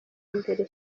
imbere